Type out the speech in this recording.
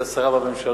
כשהיתה שרה בממשלה,